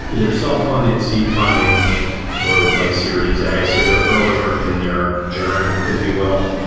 either self-funded seed funding or like series a. so they're earlier in their journey, if you will.